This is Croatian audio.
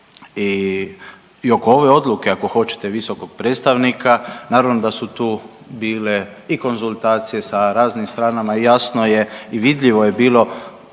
i oko ove odluke ako hoćete visokog predstavnika naravno da su tu bile i konzultacije sa raznim stranama i jasno je i vidljivo je bilo